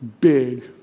big